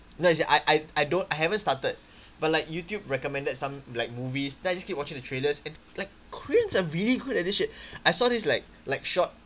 no you see I I I don't I haven't started but like YouTube recommended some like movies then I just keep watching the trailers and like koreans are really good at this shit I saw this like like short